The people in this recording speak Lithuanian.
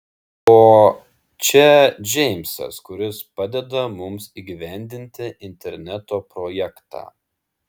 o čia džeimsas kuris padeda mums įgyvendinti interneto projektą